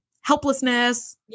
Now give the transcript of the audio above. helplessness